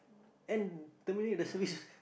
end terminate the service